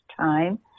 time